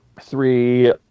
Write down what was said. three